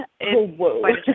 whoa